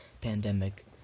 pandemic